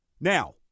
now